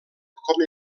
com